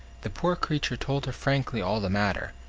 the poor creature told her frankly all the matter,